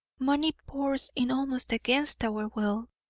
money pours in almost against our will,